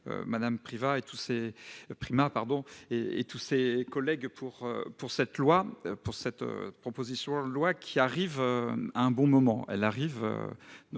Mme Primas et ses collègues de cette proposition de loi, qui arrive au bon moment,